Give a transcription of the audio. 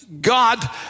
God